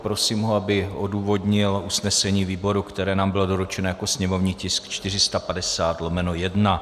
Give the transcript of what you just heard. Prosím ho, aby odůvodnil usnesení výboru, které nám bylo doručeno jako sněmovní tisk 450/1.